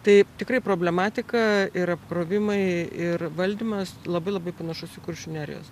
taip tikrai problematika ir apkrovimai ir valdymas labai labai panašus į kuršių nerijos